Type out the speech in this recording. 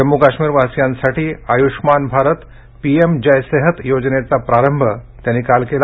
जम्मू कश्मीर वासियांसाठी आयुष्यमान भारत पीएम जय सेहत योजनेचा प्रारंभ काल त्यांनी केला